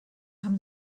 haben